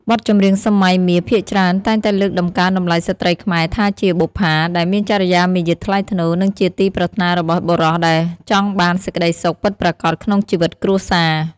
បទចម្រៀងសម័យមាសភាគច្រើនតែងតែលើកតម្កើងតម្លៃស្រ្តីខ្មែរថាជា "បុប្ផា" ដែលមានចរិយាមារយាទថ្លៃថ្នូរ និងជាទីប្រាថ្នារបស់បុរសដែលចង់បានសេចក្តីសុខពិតប្រាកដក្នុងជីវិតគ្រួសារ។